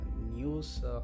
news